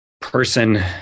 person